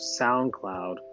SoundCloud